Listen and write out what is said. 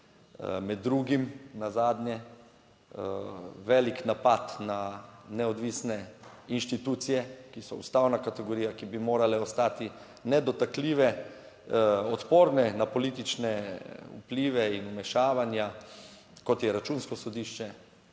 Med drugim nazadnje velik napad na neodvisne inštitucije, ki so ustavna kategorija, ki bi morale ostati nedotakljive, odporne na politične vplive in vmešavanja, kot je Računsko sodišče,